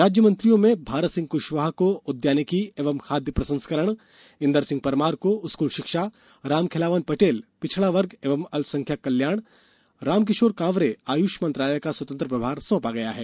राज्य मंत्रियों में भारत सिंह कुशवाहा को उद्यानिकी एवं खाद्य प्रसंस्करण इन्दर सिंह परमार को स्कूल शिक्षा रामखेलावन पटेल पिछड़ा वर्ग एवं अल्पसंख्यक कल्याण रामकिशोर कांवरे आयुष मंत्रालय का स्वतंत्र प्रभार सौंपा गया है